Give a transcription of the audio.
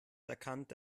erkannte